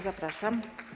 Zapraszam.